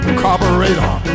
carburetor